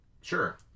Sure